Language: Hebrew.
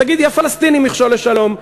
תגידי: הפלסטינים מכשול לשלום.